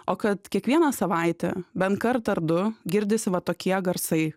o kad kiekvieną savaitę bent kartą ar du girdisi va tokie garsai